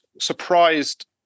surprised